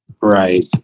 Right